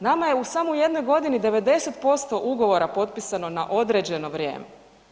Nama je u samo jednoj godini 90% ugovora potpisano na određeno vrijeme.